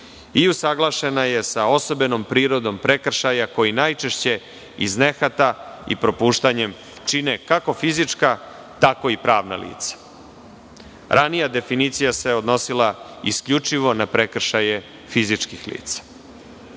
i usaglašena je sa osobenom prirodom prekršaja, koji najčešće iz nehata i propuštanjem čine, kako fizička, tako i pravna lica. Ranija definicija se odnosila isključivo na prekršaje fizičkih lica. Bilo